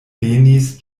venis